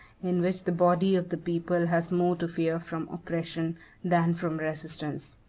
in which the body of the people has more to fear from oppression than from resistance.